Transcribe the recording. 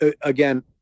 again